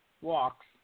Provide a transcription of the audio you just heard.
walks